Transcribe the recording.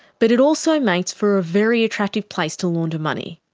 but it also makes for a very attractive place to launder money.